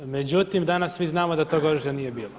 Međutim, danas svi znamo da tog oružja nije bilo.